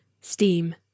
steam